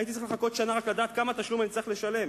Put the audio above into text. הייתי צריך לחכות שנה רק לדעת כמה אני אצטרך לשלם.